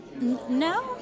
No